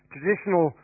Traditional